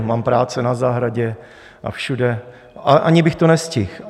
Mám práce na zahradě a všude a ani bych to nestihl.